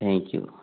thank you